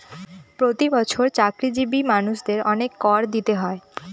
প্রতি বছর চাকরিজীবী মানুষদের অনেক কর দিতে হয়